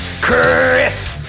Chris